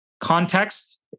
context